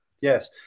Yes